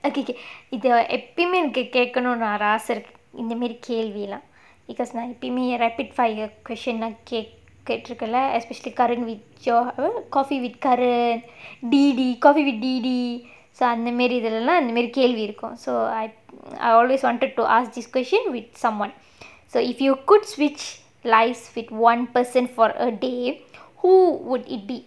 okay okay இப்ப எப்பயுமே எனக்கு கேட்கணும்னு ஒரு ஆச இருக்கு இந்த மாதிரி கேள்விலாம்:ippa eppayumae enakku ketkkanumnu oru aasa irukku indha maadhiri kelvilaam because now you pick me a rapid fire question ah okay கேட்ருக்கேன்ல:ketrukkaenla especially currently with your coffee with current deedee coffee with deedee so அந்த மாதிரி இருக்குறதெல்லம் ஒரு கேள்வி இருக்கும்:andha maadhiri irukkurathellaam oru kelvi irukkum so I always wanted to ask this question with someone so if you could switch lives with one person for a day who would it be